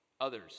others